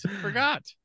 Forgot